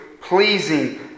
pleasing